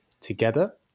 together